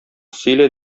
сөйлә